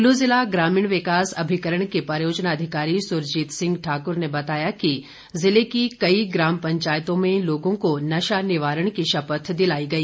कुल्लू ज़िला ग्रामीण विकास अभिकरण के परियोजना अधिकारी सुरजीत सिंह ठाकुर ने बताया कि ज़िले की कई ग्राम पंचायतों में लोगों को नशा निवारण की शपथ दिलाई गई